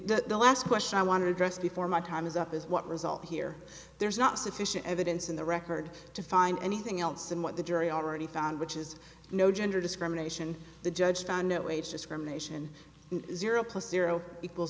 the last question i want to address before my time is up is what result here there's not sufficient evidence in the record to find anything else and what the jury already found which is no gender discrimination the judge found no age discrimination and zero plus zero equals